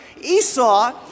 Esau